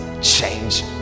change